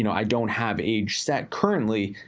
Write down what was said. you know i don't have age set currently,